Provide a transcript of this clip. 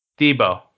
Debo